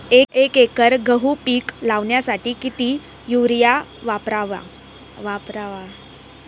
एक एकर गहू पीक लावण्यासाठी किती युरिया वापरावा?